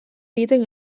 egiten